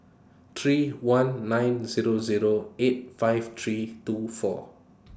three one nine Zero Zero eight five three two four